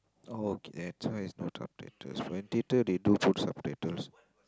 oh okay that's why there's no subtitles at theater they do put subtitles